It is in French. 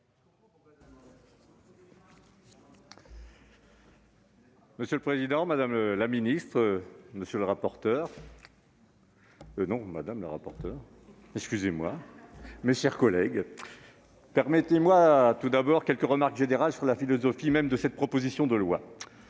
Monsieur le président, madame la secrétaire d'État, mes chers collègues, permettez-moi tout d'abord quelques remarques générales sur la philosophie même de cette proposition de loi.